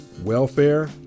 welfare